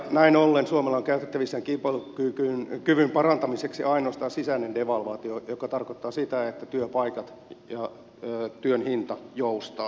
näin ollen suomella on käytettävissä kilpailukyvyn parantamiseksi ainoastaan sisäinen devalvaatio joka tarkoittaa sitä että työpaikat ja työn hinta joustavat muun muassa